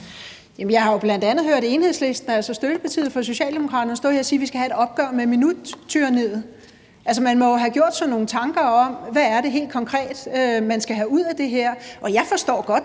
jeg har jo bl.a. hørt Enhedslisten, altså støttepartiet for Socialdemokraterne, stå her og sige, at vi skal have et opgør med minuttyranniet. Altså, man må jo have gjort sig nogle tanker om, hvad det helt konkret er, man skal have ud af det her. Jeg forstår godt